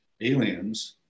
aliens